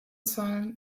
zahlen